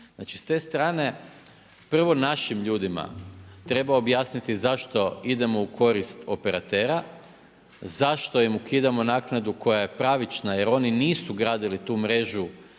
Znači s te strane prvo našim ljudima treba objasniti zašto idemo u korist operatera, zašto im ukidamo naknadu koja je pravična jer oni nisu gradili tu mrežu